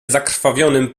zakrwawionym